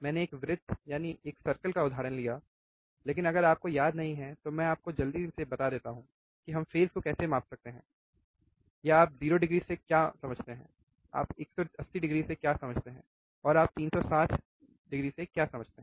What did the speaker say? मैंने एक वृत्त सर्कल circle का उदाहरण लिया है लेकिन अगर आपको याद नहीं है तो मैं आपको जल्दी से बता देता हूं कि हम फेज़ को कैसे माप सकते हैं या आप 0 डिग्री से क्या मतलब है आप 180o से क्या मतलब है और आपको 360o से क्या मतलब है